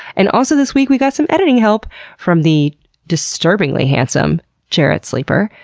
and also this week, we got some editing help from the disturbingly handsome jarrett sleeper.